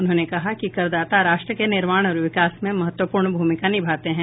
उन्होंने कहा कि करदाता राष्ट्र के निर्माण और विकास में महत्वपूर्ण भूमिका निभाते हैं